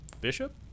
Bishop